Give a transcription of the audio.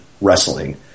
wrestling